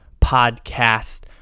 Podcast